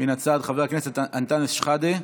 מן הצד חבר הכנסת אנטאנס שחאדה,